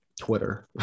Twitter